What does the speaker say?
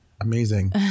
Amazing